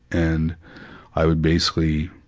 and i would basically,